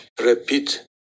repeat